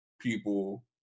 people